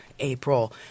April